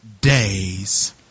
days